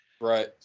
Right